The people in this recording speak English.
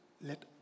let